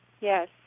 Yes